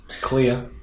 Clear